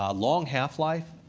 um long half-life,